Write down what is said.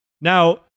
Now